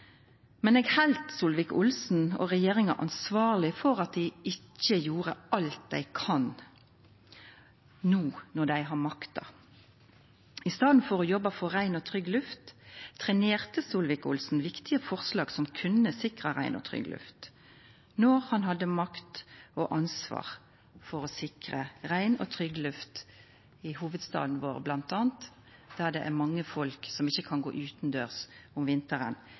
men eg held Solvik-Olsen og regjeringa ansvarleg for at dei ikkje gjør alt dei kan no når dei har makta. I staden for å jobba for rein og trygg luft, trenerte Solvik-Olsen viktige forslag som kunne sikra rein og trygg luft då han hadde makt og ansvar for å sikra rein og trygg luft i hovudstaden vår bl.a., der det er mange folk som ikkje kan vera utandørs om vinteren